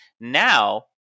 Now